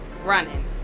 Running